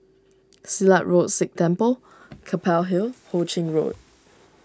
Silat Road Sikh Temple Keppel Hill Ho Ching Road